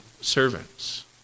servants